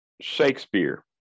shakespeare